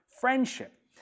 friendship